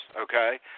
okay